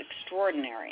extraordinary